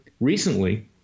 recently